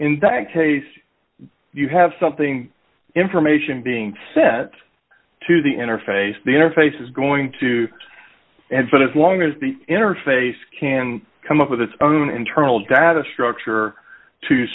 in that case you have something information being set to the interface the interface is going to end but as long as the interface can come up with its own internal data structure to